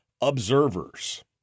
observers